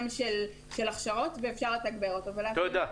ואפשר לתגבר אותו --- תודה.